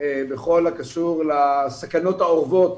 בכל הקשור לסכנות האורבות